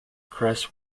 crest